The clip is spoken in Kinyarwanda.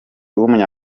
w’umunya